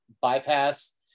bypass